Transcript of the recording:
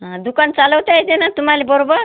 दुकान चालवता येते ना तुम्हाला बरोबर